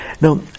Now